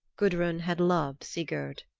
gudrun had loved sigurd.